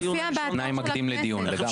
תנאי מקדים לדיון, לגמרי.